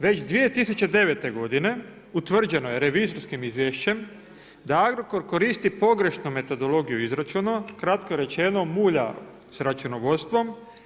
Već 2009. godine utvrđeno je revizorskim izvješćem da Agrokor koristi pogrešnu metodologiju izračuna, kratko rečeno mulja s računovodstvom.